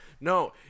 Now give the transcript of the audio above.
no